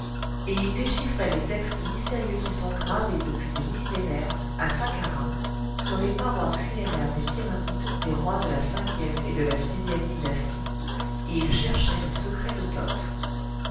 et il déchiffrait les textes mystérieux qui sont gravés depuis des millénaires à sakkarah sur les parois funéraires des pyramides des rois de la ve et de la vie dynastie et il cherchait le secret de toth